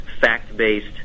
fact-based